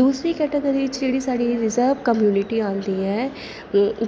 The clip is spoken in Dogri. दूसरी कैटेगरी च जेह्ड़ी साढ़ी रिजर्व कैटेगरी आंदी ऐ